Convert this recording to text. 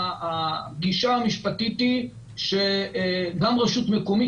הגישה המשפטית היא שגם רשות מקומית